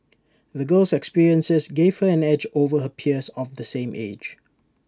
the girl's experiences gave her an edge over her peers of the same age